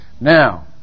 Now